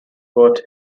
coat